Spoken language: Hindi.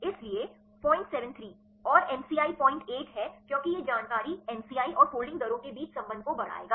इसलिए 073 और एमसीआई 08 है क्योंकि यह जानकारी एमसीआई और फोल्डिंग दरों के बीच संबंध को बढ़ाएगा